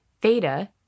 theta